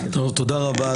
תודה רבה,